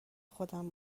خودم